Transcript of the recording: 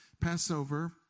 Passover